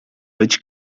być